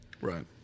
right